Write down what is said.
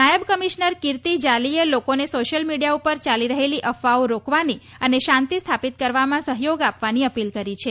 નાયબ કમિશનર કિર્તી જાલીએ લોકોને સોશ્યલ મિડીયા ઉપર ચાલી રહેલી અફવાઓ રોકવાની અને શાંતિ સ્થાપિત કરવામાં સહયોગ આપવાની અપીલ કરી છે